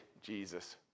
Jesus